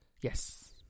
Yes